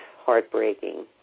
heartbreaking